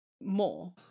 more